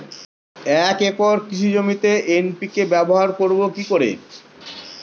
এক একর কৃষি জমিতে এন.পি.কে ব্যবহার করব কি করে?